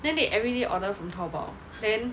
then they everyday order from Taobao then